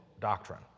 doctrine